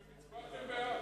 אתם הצבעתם בעד.